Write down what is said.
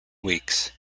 weeks